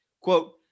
Quote